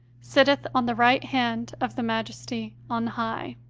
sitteth on the right hand of the majesty on high.